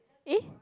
[ej]